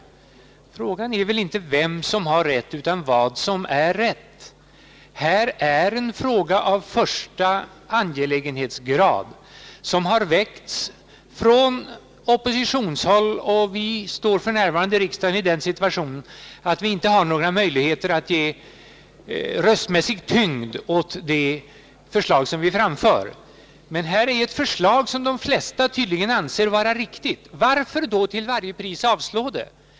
Frågan är väl inte vem som har rätt utan vad som är rätt. Här är en fråga av första angelägenhetsgrad som har väckts från oppositionshåll. Vi befinner oss på oppositionshåll för närvarande i den situationen att vi i riksdagen inte har någon möjlighet att ge röstmässig tyngd åt de förslag som vi framför. Men här är ett förslag som de flesta tydligen anser vara riktigt. Varför då till varje pris avslå det?